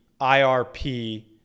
IRP